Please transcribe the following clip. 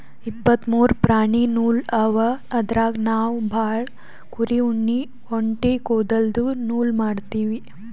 ಇಪ್ಪತ್ತ್ ಮೂರು ಪ್ರಾಣಿ ನೂಲ್ ಅವ ಅದ್ರಾಗ್ ನಾವ್ ಭಾಳ್ ಕುರಿ ಉಣ್ಣಿ ಒಂಟಿ ಕುದಲ್ದು ನೂಲ್ ಮಾಡ್ತೀವಿ